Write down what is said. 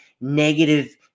negative